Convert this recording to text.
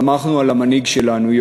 סמכנו על המנהיג שלנו,